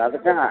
ಅದ್ಕೆ